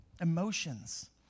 emotions